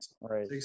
right